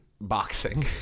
boxing